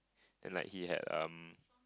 then like he had um